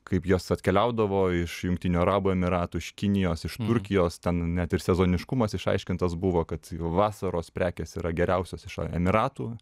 kaip jos atkeliaudavo iš jungtinių arabų emyratų iš kinijos iš turkijos ten net ir sezoniškumas išaiškintas buvo kad vasaros prekės yra geriausios iš emiratų